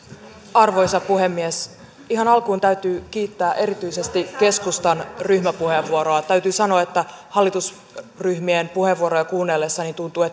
arvoisa puhemies ihan alkuun täytyy kiittää erityisesti keskustan ryhmäpuheenvuoroa täytyy sanoa että hallitusryhmien puheenvuoroja kuunnellessa tuntui